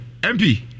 MP